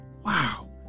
Wow